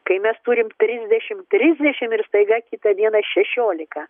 kai mes turim trisdešim trisdešim ir staiga kitą dieną šešiolika